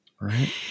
Right